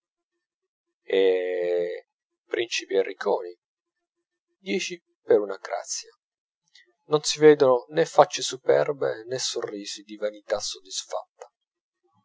e ricconi dieci per una crazia non si vedono nè faccie superbe nè sorrisi di vanità soddisfatta